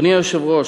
אדוני היושב-ראש,